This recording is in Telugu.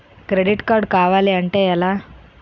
క్రెడిట్ కార్డ్ కావాలి అంటే ఎలా?